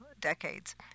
decades